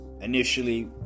initially